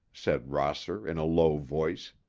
said rosser in a low voice,